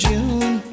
June